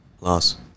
Loss